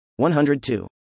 102